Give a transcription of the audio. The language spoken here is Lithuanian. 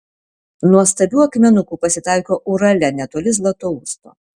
nuostabių akmenukų pasitaiko urale netoli zlatousto